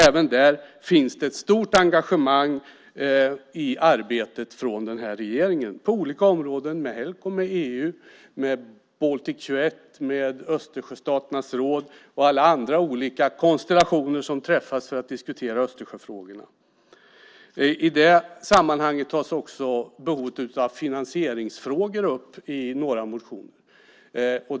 Även där finns det ett stort engagemang i arbetet från regeringen på olika områden. Det gäller Helcom, EU, Baltic 21 med Östersjöstaternas råd och alla andra olika konstellationer som träffas för att diskutera Östersjöfrågorna. I det sammanhanget tas också frågan om behovet av finansiering upp i några motioner.